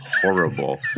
horrible